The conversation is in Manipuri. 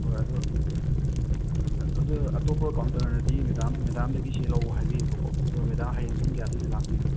ꯍꯣꯏ ꯑꯗꯨ ꯑꯗꯣ ꯑꯇꯣꯞꯄ ꯀꯥꯎꯟꯇꯔꯅꯗꯤ ꯃꯦꯗꯥꯝ ꯃꯦꯗꯥꯝꯗꯒꯤ ꯆꯦ ꯂꯧ ꯍꯥꯏꯕꯤꯌꯦꯕꯀꯣ ꯑꯗꯣ ꯃꯦꯗꯥꯝ ꯍꯌꯦꯡ ꯄꯨꯡ ꯀꯌꯥ ꯑꯗꯨꯋꯥꯏꯗ ꯂꯥꯛꯇꯣꯏꯅꯣ